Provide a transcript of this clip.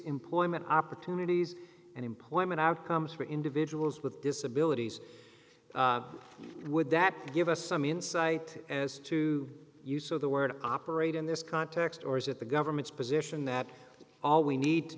employment opportunities and employment outcomes for individuals with disabilities would that give us some insight as to you so the word operate in this context or is it the government's position that all we need to